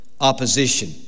opposition